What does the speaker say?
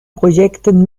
projekten